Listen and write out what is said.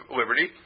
liberty